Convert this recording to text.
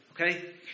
Okay